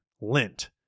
lint